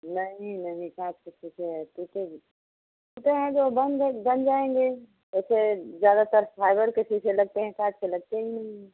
नहीं नहीं साठ सत्तर तो ऐसे सब बनते है जो बन बन जाएंगे वैसे ज्यादातर फाइबर के शीशे लगते हैं कांच के लगते ही नहीं